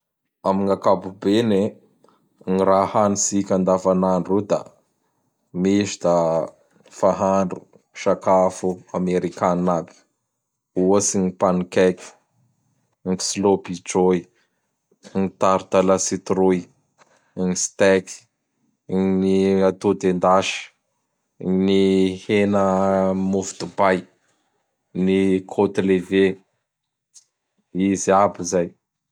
Am ankapobeny e, gn raha hanitsika andavan'andro o da misy da fahandro safako Amerikanina aby. Ohatsy n pane cake, ny slopijôy, ny tarte à la citrouille, gn steky, gn ny atody endasy, gn ny hena am mofo dopay, gny côte leve. Izay aby zay.